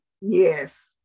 yes